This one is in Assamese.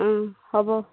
অঁ হ'ব